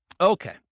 Okay